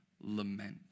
lament